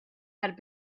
had